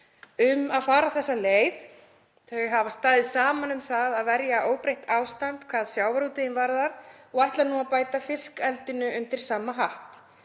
um að fara þessa leið. Þau hafa staðið saman um að verja óbreytt ástand hvað sjávarútveginn varðar og ætla nú að bæta fiskeldinu undir sama hatt.